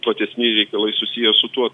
platesni reikalai susiję su tuo